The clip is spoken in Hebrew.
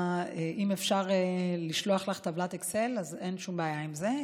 אם אפשר לשלוח לך טבלת אקסל, אין שום בעיה עם זה.